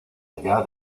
allá